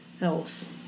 else